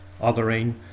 othering